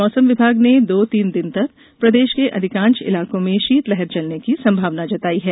मौसम विभाग ने दो तीन दिन तक प्रदेश के अधिकांश इलाको में शीतलहर चलने की संभावना जताई है